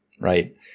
right